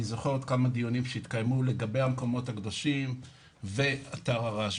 אני זוכר כמה דיונים שהתקיימו לגבי המקומות הקדושים ואתר הרשב"י.